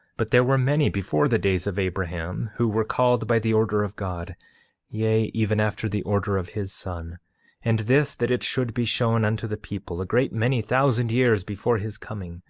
but there were many before the days of abraham who were called by the order of god yea, even after the order of his son and this that it should be shown unto the people, a great many thousand years before his coming,